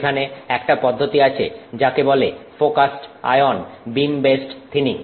সেখানে একটা পদ্ধতি আছে যাকে বলে focused ion beam based thinning